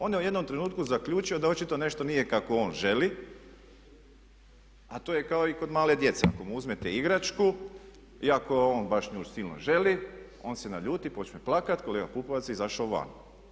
Onda je u jednom trenutku zaključio da očito nešto nije kako on želi, a to je kao i kod male djece ako mu uzmete igračku i ako on nju baš silno želi on se naljuti i počne plakati, kolega Pupovac je izašao van.